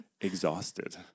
exhausted